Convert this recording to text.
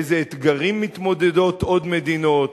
עם אילו אתגרים מתמודדות עוד מדינות.